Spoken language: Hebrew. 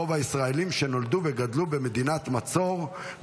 רוב הישראלים שנולדו וגדלו במדינת מצור,